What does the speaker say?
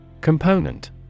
Component